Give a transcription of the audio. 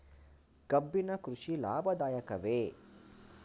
ಕಬ್ಬಿನ ಕೃಷಿ ಲಾಭದಾಯಕವೇ?